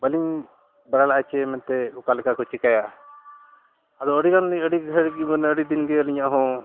ᱵᱟᱹᱞᱤᱧ ᱵᱟᱲᱟᱭ ᱞᱟᱜᱼᱟ ᱪᱮ ᱢᱮᱱᱛᱮ ᱚᱠᱟ ᱞᱮᱠᱟ ᱠᱚ ᱪᱤᱠᱟᱹᱭᱟ ᱟᱫᱚ ᱟᱹᱰᱤ ᱜᱟᱱ ᱞᱤᱧ ᱟᱹᱰᱤ ᱜᱷᱟᱹᱲᱤᱡ ᱜᱮ ᱢᱟᱱᱮ ᱟᱹᱰᱤ ᱫᱤᱱ ᱜᱮ ᱟᱹᱞᱤᱧᱟᱜ ᱦᱚᱸ